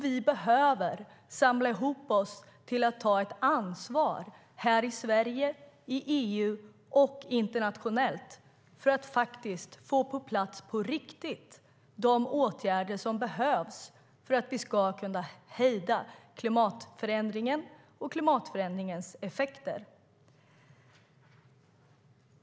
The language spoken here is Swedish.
Vi behöver samla ihop oss och ta ett ansvar här i Sverige, i EU och internationellt för att på riktigt få på plats de åtgärder som behövs för att vi ska kunna hejda klimatförändringen och klimatförändringens effekter.